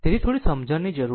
તેથી થોડી સમજણ જરૂરી છે